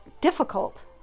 difficult